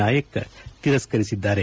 ನಾಯಕ್ ತಿರಸ್ಕರಿಸಿದ್ದಾರೆ